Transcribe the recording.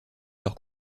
leur